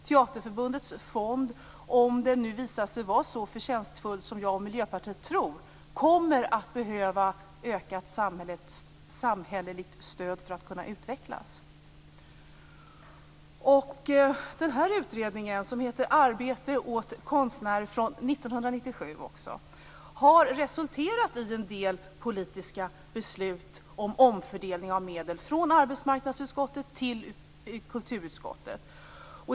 Teaterförbundets fond, om den nu visar sig vara så förtjänstfull som jag och Miljöpartiet tror, kommer att behöva ökat samhälleligt stöd för att kunna utvecklas. 1997, har resulterat i en del politiska beslut om omfördelning av medel från arbetsmarknadsutskottet till kulturutskottet.